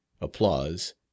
applause